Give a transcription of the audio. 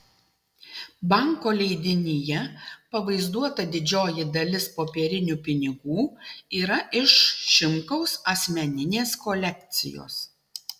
banko leidinyje pavaizduota didžioji dalis popierinių pinigų yra iš šimkaus asmeninės kolekcijos